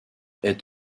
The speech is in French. est